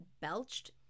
belched